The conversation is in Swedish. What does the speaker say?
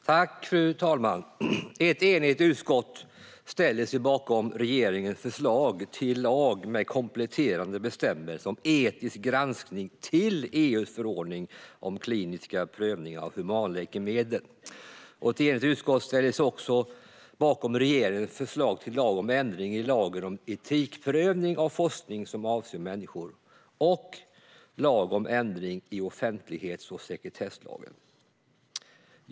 Fru talman! Ett enigt utskott ställer sig bakom regeringens förslag till lag med kompletterande bestämmelser om etisk granskning till EU:s förordning om kliniska prövningar av humanläkemedel. Ett enigt utskott ställer sig också bakom regeringens förslag till lag om ändring i lagen om etikprövning av forskning som avser människor och lag om ändring i offentlighets och sekretesslagen.